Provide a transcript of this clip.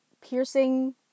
piercing